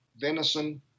venison